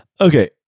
Okay